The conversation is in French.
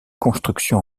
construction